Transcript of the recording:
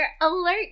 alert